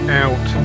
out